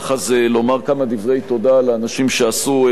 לומר כמה דברי תודה לאנשים שעשו במלאכה.